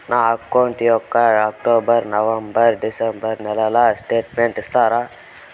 నా అకౌంట్ యొక్క October, November, December నెలల స్టేట్మెంట్ ఇస్తారా?